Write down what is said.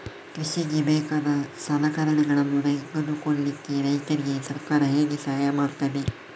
ಕೃಷಿಗೆ ಬೇಕಾದ ಸಲಕರಣೆಗಳನ್ನು ತೆಗೆದುಕೊಳ್ಳಿಕೆ ರೈತರಿಗೆ ಸರ್ಕಾರ ಹೇಗೆ ಸಹಾಯ ಮಾಡ್ತದೆ?